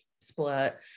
split